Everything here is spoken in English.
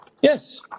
Yes